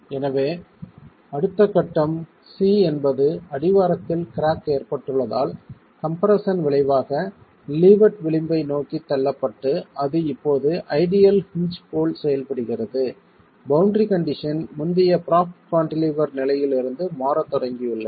எனவே அடுத்த கட்டம் c என்பது அடிவாரத்தில் கிராக் ஏற்பட்டுள்ளதால் கம்ப்ரெஸ்ஸன் விளைவாக லீவர்ட் விளிம்பை நோக்கித் தள்ளப்பட்டு அது இப்போது ஒரு ஐடியல் ஹின்ஜ் போல் செயல்படுகிறது பௌண்டரி கண்டிஷன் முந்திய ப்ராப்ட் கான்டிலீவர் நிலையில் இருந்து மாறத் தொடங்கியுள்ளன